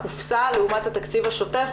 הקופסה לעומת התקציב השוטף,